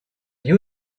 you